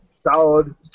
Solid